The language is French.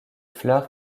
fleurs